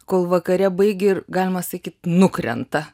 kol vakare baigia galima sakyt nukrenta